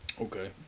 okay